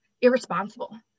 irresponsible